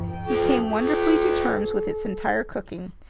he came wonderfully to terms with its entire cooking.